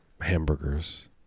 hamburgers